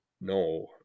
no